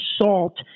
assault